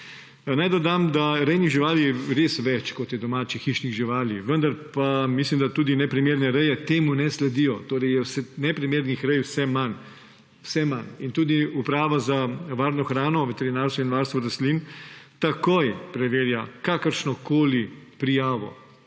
Naj dodam, da rejnih živalih je res več, kot je domačih hišnih živali. Vendar pa mislim, da tudi neprimerne reje temu ne sledijo. Torej je neprimernih rej vse manj. In tudi Uprava za varno hrano, veterinarstvo in varstvo rastlin takoj preverja kakršnokoli prijavo